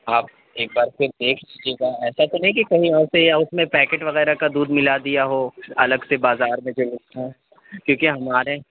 آپ ایک بار پھر دیکھ لیجیے گا ایسا تو نہیں کہ کہیں اور سے یا اس میں پیکٹ وغیرہ کا دودھ ملا دیا ہو الگ سے بازار میں جو بکتا ہے کیوںکہ ہمارے